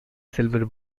silver